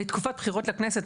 בתקופת בחירות לכנסת,